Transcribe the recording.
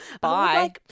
Bye